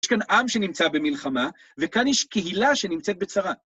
יש כאן עם שנמצא במלחמה, וכאן יש קהילה שנמצאת בצרה.